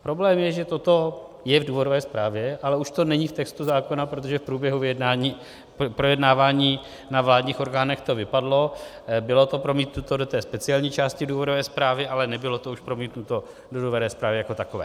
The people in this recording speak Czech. Problém je, že toto je v důvodové zprávě, ale už to není v textu zákona, protože v průběhu projednávání na vládních orgánech to vypadlo, bylo to promítnuto do té speciální části důvodové zprávy, ale nebylo to už promítnuto do důvodové zprávy jako takové.